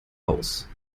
aus